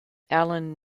allen